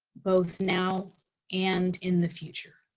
both now and in the future.